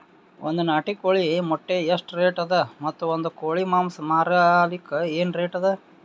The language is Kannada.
ಒಂದ್ ನಾಟಿ ಕೋಳಿ ಮೊಟ್ಟೆ ಎಷ್ಟ ರೇಟ್ ಅದ ಮತ್ತು ಒಂದ್ ಕೋಳಿ ಮಾಂಸ ಮಾರಲಿಕ ಏನ ರೇಟ್ ಅದ?